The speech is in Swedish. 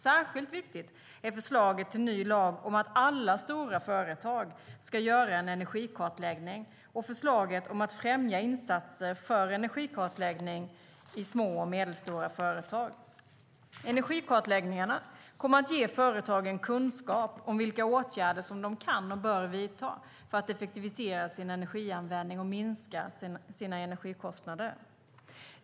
Särskilt viktigt är förslaget till ny lag om att alla stora företag ska göra en energikartläggning och förslaget om att främja insatser för energikartläggning i små och medelstora företag. Energikartläggningarna kommer att ge företagen kunskap om vilka åtgärder som de kan och bör vidta för att effektivisera sin energianvändning och minska sina energikostnader.